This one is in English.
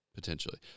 Potentially